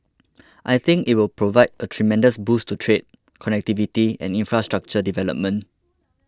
I think it will provide a tremendous boost to trade connectivity and infrastructure development